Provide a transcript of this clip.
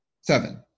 Seven